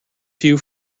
few